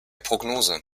prognose